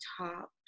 top